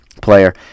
player